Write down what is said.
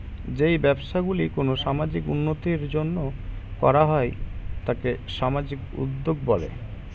যেই ব্যবসাগুলি কোনো সামাজিক উন্নতির জন্য করা হয় তাকে সামাজিক উদ্যোগ বলে